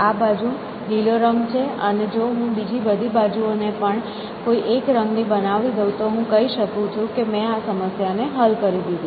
આ બાજુ લીલો રંગ છે અને જો હું બીજી બધી બાજુઓને પણ કોઈ એક રંગની બનાવી દઉં તો હું કહી શકું કે મેં આ સમસ્યા ને હલ કરી દીધો